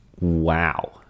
Wow